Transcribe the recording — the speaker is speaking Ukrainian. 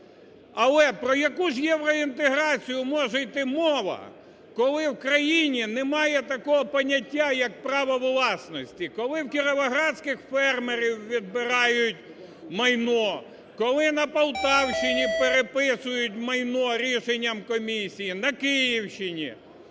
Але про яку ж євроінтеграцію може йти мова, коли в країні немає такого поняття, як право власності, коли в кіровоградських фермерів відбирають майно, коли на Полтавщині переписують майно рішенням комісії, на Київщині